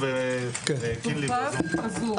טור פז בזום.